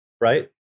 Right